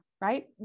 right